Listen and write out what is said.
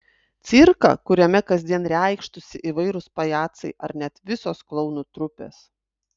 cirką kuriame kasdien reikštųsi įvairūs pajacai ar net visos klounų trupės